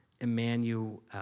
Emmanuel